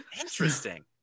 interesting